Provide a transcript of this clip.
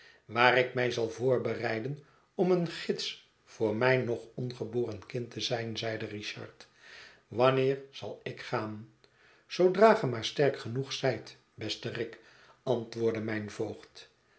waar ik mij zal voorbereiden om een gids voor mijn nog ongeboren kind te zijn zeide richard wanneer zal ik gaan zoodra ge maar sterk genoeg zijt beste rick antwoordde mijn voogd